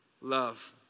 love